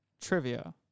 trivia